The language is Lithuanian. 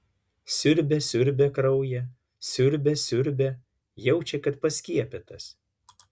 siurbia siurbia kraują siurbia siurbia jaučia kad paskiepytas